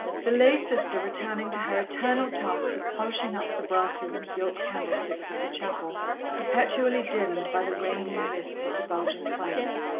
the lay-sister returning to her eternal task of polishing up the brasses and gilt candlesticks of the chapel perpetually dimmed by the rain and mists of the belgian climate,